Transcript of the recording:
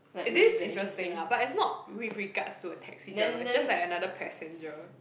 this is interesting lah but it's not with regards to a taxi driver it's just like another passenger